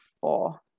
four